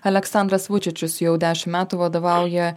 aleksandras vučičius jau dešim metų vadovauja